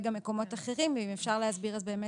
מקומות אחרים ואולי אפשר להסביר איך